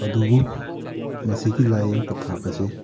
ꯑꯗꯨꯕꯨ ꯃꯁꯤꯒꯤ ꯂꯥꯏꯌꯦꯡ ꯄꯊꯥꯞ ꯑꯁꯦ